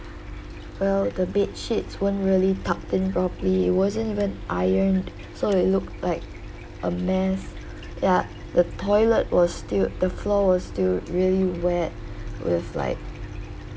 well the bedsheets weren't really tucked in properly it wasn't even ironed so it looked like a mess ya the toilet was still the floor was still really wet with like